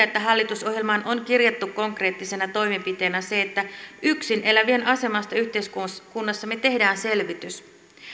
että hallitusohjelmaan on kirjattu konkreettisena toimenpiteenä se että yksin elävien asemasta yhteiskunnassamme tehdään selvitys